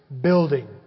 building